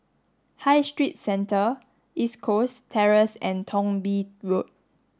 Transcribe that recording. High Street Centre East Coast Terrace and Thong Bee Road